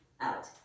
out